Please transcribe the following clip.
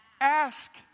ask